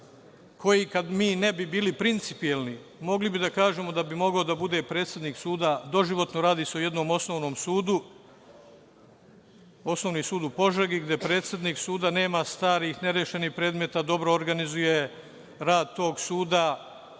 koji, kada mi ne bi bili principijelni, mogli bi da kažemo da bi mogao da bude predsednik suda doživotno, radi se o jednom osnovnom sudu, osnovni sud u Požegi, gde predsednik suda nema starih nerešenih predmeta, dobro organizuje rad tog suda,